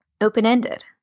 open-ended